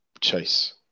Chase